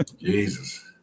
Jesus